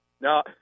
No